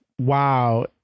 wow